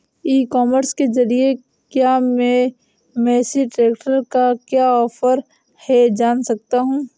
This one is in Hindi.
ई कॉमर्स के ज़रिए क्या मैं मेसी ट्रैक्टर का क्या ऑफर है जान सकता हूँ?